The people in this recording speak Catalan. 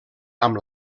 amb